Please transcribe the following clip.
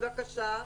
בבקשה?